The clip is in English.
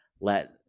let